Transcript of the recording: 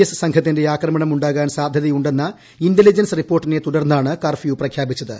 S സംഘത്തിന്റെ ആക്രമണമുണ്ടാകാൻ സാധ്യതയുണ്ടെന്ന ഇന്റലിജൻസ് റിപ്പോർട്ടിനെ തുടർന്നാണ് കർഫ്യൂ ക്രപ്യാപിച്ചത്